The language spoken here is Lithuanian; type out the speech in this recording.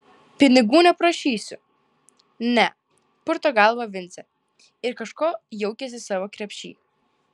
pinigų neprašysiu ne purto galvą vincė ir kažko jaukiasi savo krepšy